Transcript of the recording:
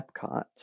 Epcot